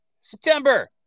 September